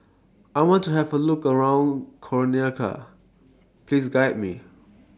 I want to Have A Look around Conakry Please Guide Me